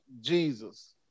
Jesus